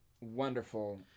wonderful